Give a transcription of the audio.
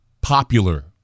popular